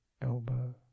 elbow